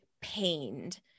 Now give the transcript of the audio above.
pained